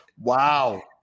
wow